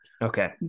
Okay